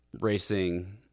racing